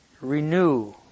Renew